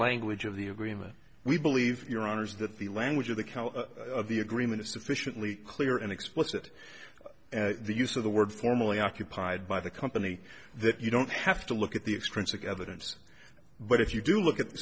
language of the agreement we believe your honour's that the language of the cow of the agreement is sufficiently clear and explicit the use of the word formally occupied by the company that you don't have to look at the extrinsic evidence but if you do look at